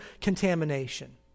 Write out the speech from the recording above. contamination